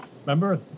Remember